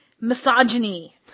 misogyny